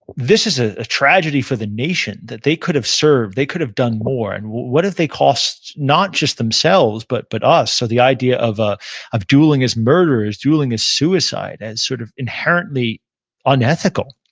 this is a ah tragedy for the nation, that they could have served, they could have done more, and what what have they cost not just themselves, but but us? so the idea of ah of dueling as murder, dueling as suicide, as sort of inherently unethical.